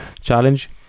challenge